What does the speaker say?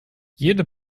jede